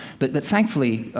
but but thankfully,